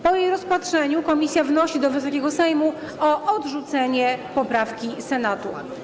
Po jej rozpatrzeniu komisja wnosi do Wysokiego Sejmu o odrzucenie poprawki Senatu.